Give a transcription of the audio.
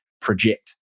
project